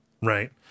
Right